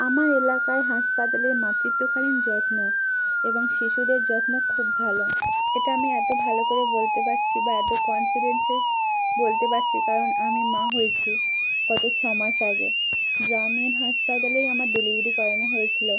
আমার এলাকায় হাসপাতালে মাতৃত্বকালীন যত্ন এবং শিশুদের যত্ন খুব ভালো এটা আমি এত ভালো করে বলতে পারছি বা এত কনফিডেন্সের বলতে পারছি কারণ আমি মা হয়েছি গত ছয় মাস আগে গ্রামীণ হাসপাতালেই আমার ডেলিভারি করানো হয়েছিল